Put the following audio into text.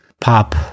pop